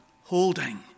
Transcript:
holding